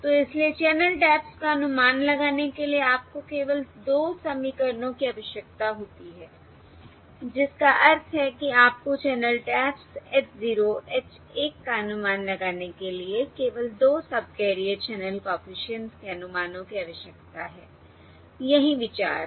तो इसलिए channel taps का अनुमान लगाने के लिए आपको केवल 2 समीकरणों की आवश्यकता होती है जिसका अर्थ है कि आपको चैनल टैप्स h 0 h 1 का अनुमान लगाने के लिए केवल 2 सबकैरियर चैनल कॉफिशिएंट्स के अनुमानों की आवश्यकता है यही विचार है